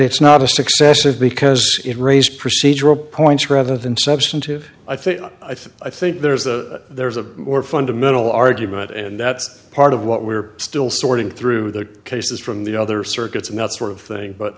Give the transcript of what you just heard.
it's not a success is because it raises procedural points rather than substantive i think i think i think there's a there's a more fundamental argument and that's part of what we're still sorting through the cases from the other circuits and that sort of thing but